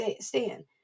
stand